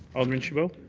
alderman chabot?